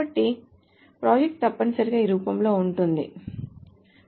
కాబట్టి ప్రాజెక్ట్ తప్పనిసరిగా ఈ రూపంలో ఉంటుంది స్లైడ్ సమయం 0648 చూడండి